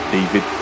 David